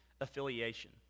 affiliation